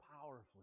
powerfully